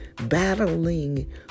battling